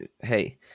Hey